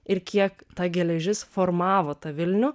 ir kiek ta geležis formavo tą vilnių